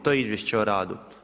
To je izvješće o radu.